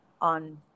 on